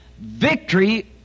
victory